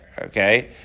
okay